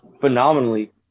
phenomenally